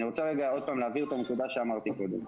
אני רוצה להבהיר את הנקודה שאמרתי קודם.